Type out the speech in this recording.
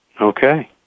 Okay